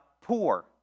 poor